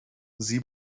sie